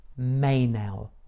Maynell